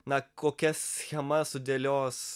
na kokias schemas sudėlios